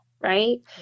right